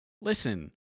listen